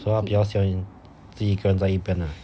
so 他比较喜欢自己一个人在一边 ah